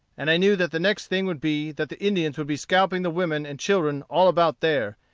and i knew that the next thing would be that the indians would be scalping the women and children all about there,